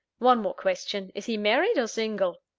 one more question is he married or single?